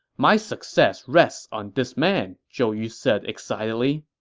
my success rests on this man, zhou yu said excitedly.